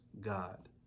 God